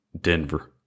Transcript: Denver